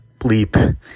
bleep